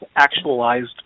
actualized